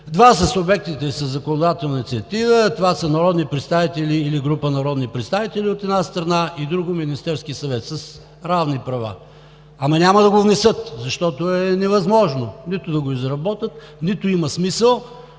съвет? Субектите за законодателна инициатива да са народни представители или група народни представители, от една страна, и от друга – Министерският съвет, с равни права. Ама няма да го внесат, защото е невъзможно нито да го изработят, нито пък има смисъл